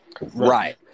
right